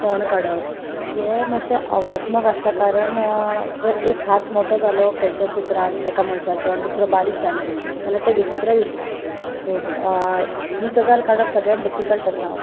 तोंड काडप हें मातशें आव्हानात्मक आसता कारण जर एक हात मोठो जालो खंयच्याय चित्रांत एका मनशाचो आनी दुसरो बारीक जालो जाल्यार तें विचित्र दिसता सो ही गजाल काडप सगळ्यांत डिफिकल्ट आसा